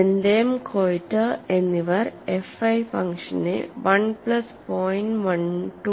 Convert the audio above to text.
Bentham Koiter എന്നിവർ FI ഫംഗ്ഷനെ 1 plus 0